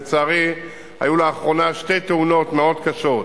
לצערי, היו לאחרונה שתי תאונות מאוד קשות,